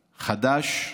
חד"ש,